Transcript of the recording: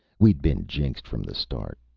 we'd been jinxed from the start.